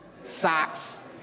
socks